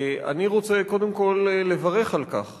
אני רוצה קודם כול לברך על כך